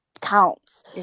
counts